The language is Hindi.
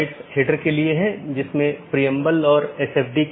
दूसरे अर्थ में यह ट्रैफिक AS पर एक लोड है